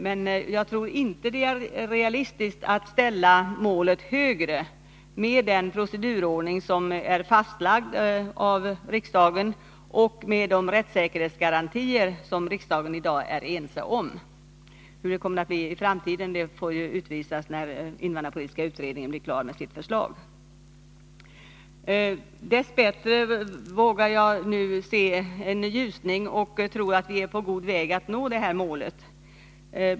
Men jag tror inte att det är realistiskt att sätta målet högre, med tanke på den procedurordning som är fastlagd av riksdagen och de rättssäkerhetsgarantier som partierna i riksdagen i dag är ense om. Framtiden får utvisa hur det kommer att bli efter det att den invandrarpolitiska utredningen har blivit klar med sitt förslag. Dess bättre kan jag nu se en ljusning, och jag tror att vi är på god väg att nå detta mål.